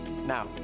Now